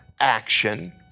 action